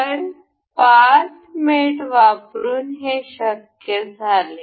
तर पाथ मेट वापरुन हे शक्य झाले